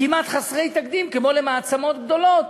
כמעט חסרות תקדים, כמו למעצמות גדולות,